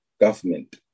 government